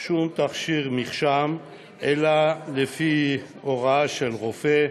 שום תכשיר מרשם אלא לפי הוראה של רופא,